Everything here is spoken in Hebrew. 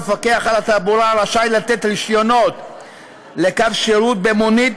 המפקח על התעבורה רשאי לתת רישיונות לקו שירות במונית